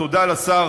תודה לשר